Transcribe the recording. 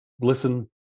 listen